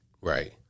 Right